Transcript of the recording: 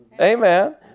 Amen